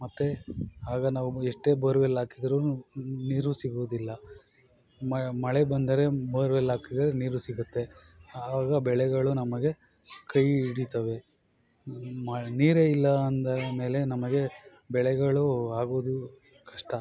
ಮತ್ತೆ ಆಗ ನಾವು ಎಷ್ಟೇ ಬೋರ್ವೆಲ್ಲಾಕಿದ್ರೂನು ನೀರು ಸಿಗುವುದಿಲ್ಲ ಮಳೆ ಬಂದರೆ ಬೋರ್ವೆಲ್ಲಾಕಿದ್ರೆ ನೀರು ಸಿಗುತ್ತೆ ಆವಾಗ ಬೆಳೆಗಳು ನಮಗೆ ಕೈ ಹಿಡಿತವೆ ಮ ನೀರೇ ಇಲ್ಲ ಅಂದ ಮೇಲೆ ನಮಗೆ ಬೆಳೆಗಳು ಆಗೋದು ಕಷ್ಟ